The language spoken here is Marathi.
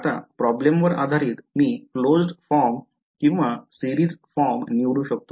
आता प्रॉब्लेमवर आधारित मी क्लोज्ड फॉर्म किंवा सिरीज फॉर्म निवडू शकतो